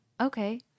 Okay